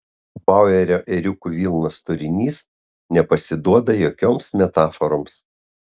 bauerio ėriukų vilnos turinys nepasiduoda jokioms metaforoms